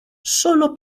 sólo